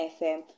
FM